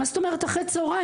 מה זאת אומרת אחר הצוהריים,